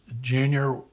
junior